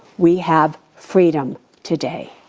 we have freedom today.